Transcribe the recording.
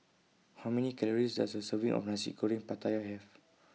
How Many Calories Does A Serving of Nasi Goreng Pattaya Have